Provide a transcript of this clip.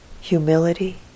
humility